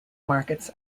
markets